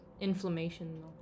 Inflammation